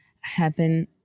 happen